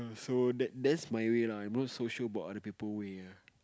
so that that's my way lah I not so sure about other people way